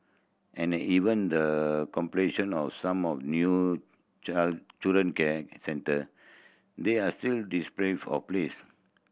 and even the completion of some of new child children can centre they are still of place